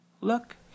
look